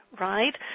right